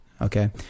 Okay